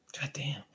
Goddamn